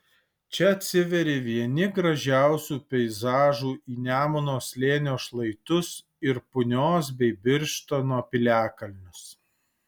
čia atsiveria vieni gražiausių peizažų į nemuno slėnio šlaitus ir punios bei birštono piliakalnius